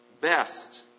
Best